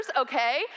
okay